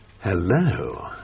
hello